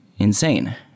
insane